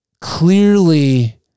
clearly